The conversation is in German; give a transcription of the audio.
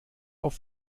auf